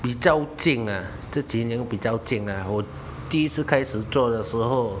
比较近啊这几年比较近阿我第一次开始做的时候